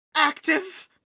Active